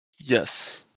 Yes